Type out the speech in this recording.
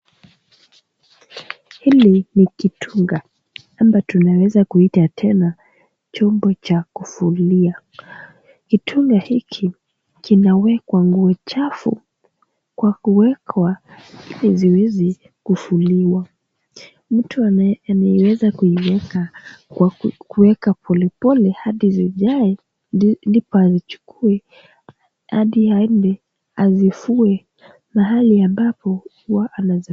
Hili ni kitunga ama tunaweza kuita tena chombo cha kufulia. Kitunga hiki kinawekwa nguo chafu kwa kuwekwa ili ziwezi kufuliwa. Mtu anayeiweza kuiweka kwa kuweka polepole hadi zijae ndipo azichukue, hadi aende azifue mahali ambapo huwa anazifua.